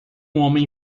homem